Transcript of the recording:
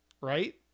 right